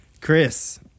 Chris